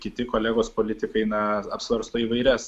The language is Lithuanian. kiti kolegos politikai na apsvarsto įvairias